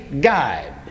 guide